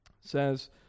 says